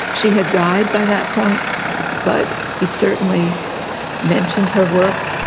she had died by that point but he certainly mentioned her work.